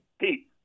Pete